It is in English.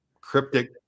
cryptic